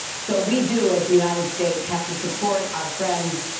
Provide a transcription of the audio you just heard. so we do as the united states have to support our friends,